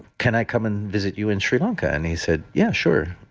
can i come and visit you in sri lanka? and he said, yeah, sure.